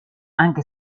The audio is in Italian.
anche